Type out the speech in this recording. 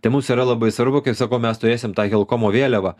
tai mums yra labai svarbu kaip sakau mes turėsim tą helkomo vėliavą